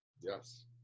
Yes